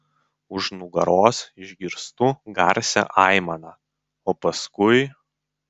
už nugaros išgirstu garsią aimaną o paskui